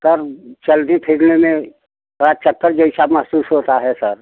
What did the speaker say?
sir चलने फिरने में थोड़ा चक्कर जैसा महसूस होता है सर